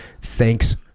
thanks